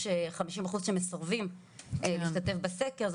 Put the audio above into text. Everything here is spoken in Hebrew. יש 50% שמסרבים להשתתף בסקר.